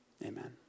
Amen